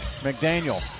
McDaniel